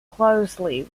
closely